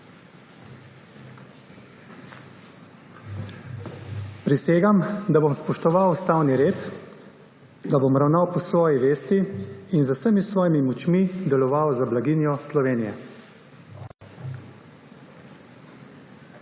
Prisegam, da bom spoštoval ustavni red, da bom ravnal po svoji vesti in z vsemi svojimi močmi deloval za blaginjo Slovenije.